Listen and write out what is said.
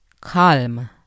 calm